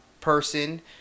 person